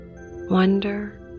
wonder